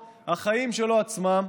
מתוך החיים שלו עצמם,